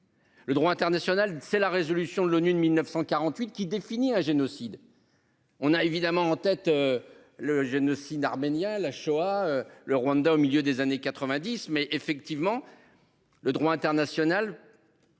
Le droit international c'est la résolution de l'ONU de 1948 qui définit un génocide. On a évidemment en tête. Le génocide arménien la Shoah, le Rwanda au milieu des années 90, mais effectivement. Le droit international.